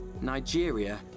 Nigeria